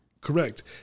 Correct